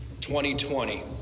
2020